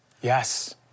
yes